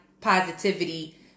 positivity